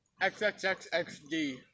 XXXXD